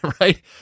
Right